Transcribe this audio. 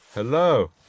Hello